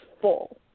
full